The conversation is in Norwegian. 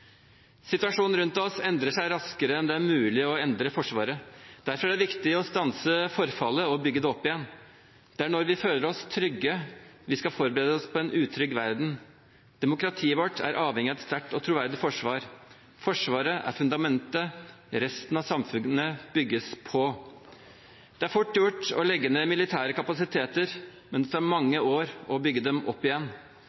Situasjonen rundt oss endrer seg raskere enn det er mulig å endre Forsvaret. Derfor er det viktig å stanse forfallet og bygge det opp igjen. Det er når vi føler oss trygge, vi skal forberede oss på en utrygg verden. Demokratiet vårt er avhengig av et sterkt og troverdig forsvar. Forsvaret er fundamentet resten av samfunnet bygges på. Det er fort gjort å legge ned militære kapasiteter, men det tar mange